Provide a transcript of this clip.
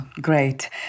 Great